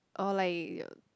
or like